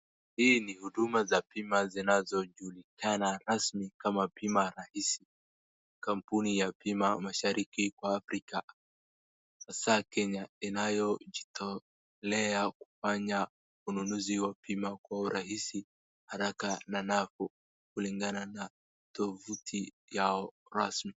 Hii ni huduma za bima zinazojulikana rasmi kama bima rahisi. Kampuni ya bima mashariki kwa Afrika sasa Kenya inayojitolea kufanya ununuzi wa bima kwa urahisi, haraka na nafuu kulingana na tovuti yao rasmi.